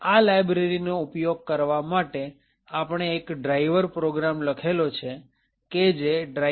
આ લાયબ્રેરી નો ઉપયોગ કરવા માટે આપણે એક ડ્રાઈવર પ્રોગ્રામ લખેલો છે કે જે driver